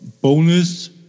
bonus